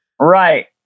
Right